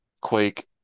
Quake